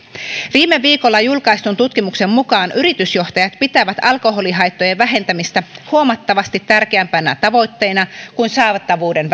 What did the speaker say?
viime viikolla julkaistun tutkimuksen mukaan yritysjohtajat pitävät alkoholihaittojen vähentämistä huomattavasti tärkeämpänä tavoitteena kuin saatavuuden